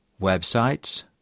Websites